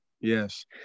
yes